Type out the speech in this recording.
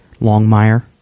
Longmire